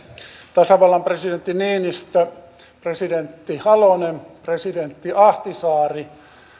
tasavallan presidentti niinistö presidentti halonen presidentti ahtisaari